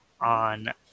on